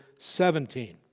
17